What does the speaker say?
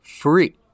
free